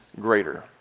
greater